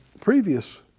previous